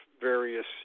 various